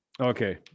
Okay